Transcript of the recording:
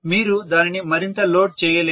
మీరు దానిని మరింత లోడ్ చేయలేరు